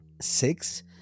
six